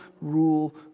rule